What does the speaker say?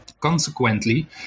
Consequently